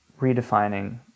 redefining